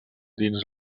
dins